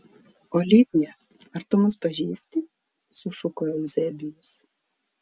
olivija ar tu mus pažįsti sušuko euzebijus